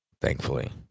thankfully